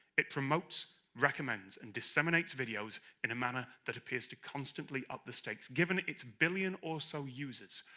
it promotes, recommends, and disseminates videos in a manner that appears to constantly up the stakes. given its billion or so users,